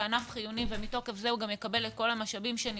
כענף חיוני ומתוקף זה הוא גם מקבל את כל המשאבים שנדרשים.